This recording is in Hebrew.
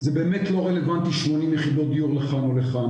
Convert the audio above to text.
זה באמת לא רלוונטי 80 יחידות דיור לכאן או לכאן.